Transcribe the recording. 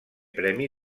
premi